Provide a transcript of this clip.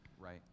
right